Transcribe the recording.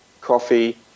coffee